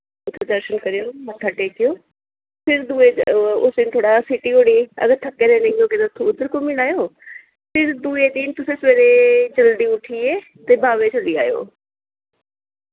उत्थै दर्शन करेओ मत्था टेकेओ फिर दुए उस दिन थोह्ड़ा सिटी धोड़ी अगर थक्के दे नेईं होगे ते उद्दर घुम्मी लैयो फिर दुए दिन तुसें सवेरे जल्दी उठियै ते बावे चली जायो